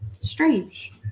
strange